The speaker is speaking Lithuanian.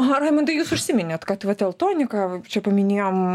aha raimundai jūs užsiminėt kad va teltonika čia paminėjo